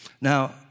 Now